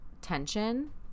tension